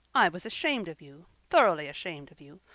i was ashamed of you thoroughly ashamed of you.